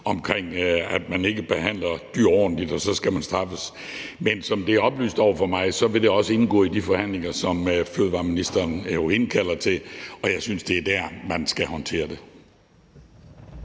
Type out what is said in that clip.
om, at hvis man ikke behandler dyr ordentligt, skal man straffes. Men som det er oplyst over for mig, vil det også indgå i de forhandlinger, som fødevareministeren jo indkalder til. Og jeg synes, det er der, man skal håndtere det.